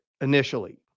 initially